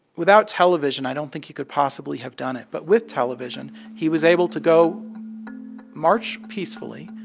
without television, i don't think he could possibly have done it, but with television, he was able to go march peacefully,